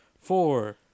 four